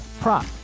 prop